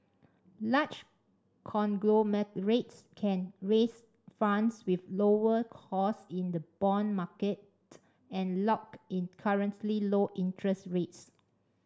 large conglomerates can raise funds with lower cost in the bond market and lock in currently low interest rates